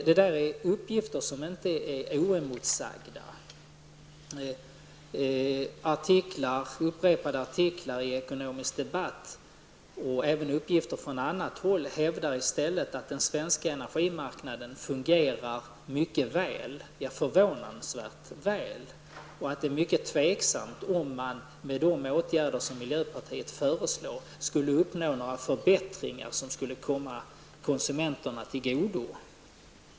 Detta är uppgifter som inte står oemotsagda. I upprepade artiklar i tidskriften Ekonomisk debatt, och även i uppgifter från annat håll, hävdas i stället att den svenska energimarknaden fungerar mycket väl, ja, förvånansvärt väl. Det är mycket tveksamt om man med de åtgärder som miljöpartiet föreslår uppnår några förbättringar som skulle komma konsumenterna till godo.